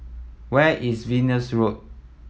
where is Venus Road